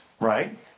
right